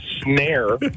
snare